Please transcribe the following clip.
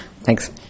Thanks